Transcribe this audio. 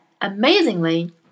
amazingly